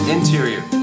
Interior